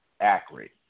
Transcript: accurate